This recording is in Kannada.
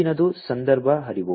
ಮುಂದಿನದು ಸಂದರ್ಭ ಅರಿವು